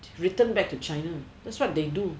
return back to china that's what they do